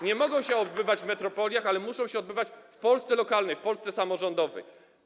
Nie mogą się odbywać tylko w metropoliach, ale muszą się też odbywać w Polsce lokalnej, w Polsce samorządowej.